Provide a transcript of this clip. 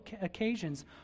occasions